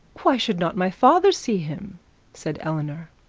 why should not my father see him said eleanor.